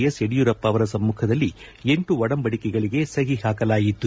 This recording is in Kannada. ಎಸ್ ಯಡಿಯೂರಪ್ಪ ಅವರ ಸಮ್ಮಖದಲ್ಲಿ ಎಂಟು ಒಡಂಬಡಿಕೆಗಳಿಗೆ ಸಹಿ ಹಾಕಲಾಯಿತು